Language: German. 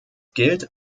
gilt